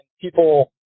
people